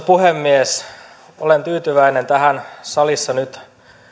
puhemies olen tyytyväinen tähän salissa nyt